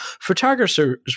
photographers